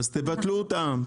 אז תבטלו אותם.